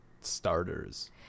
starters